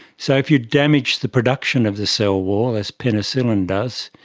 so if you damage the production of the cell wall, as penicillin does,